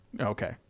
Okay